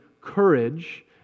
courage